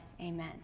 Amen